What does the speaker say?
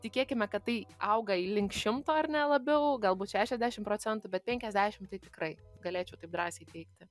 tikėkime kad tai auga į link šimto ar ne labiau galbūt šešiasdešim procentų bet penkiasdešim tai tikrai galėčiau taip drąsiai teigti